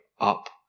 up